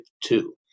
two